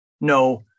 No